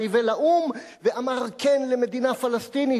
ולאו"ם ואמר "כן" למדינה פלסטינית,